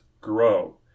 grow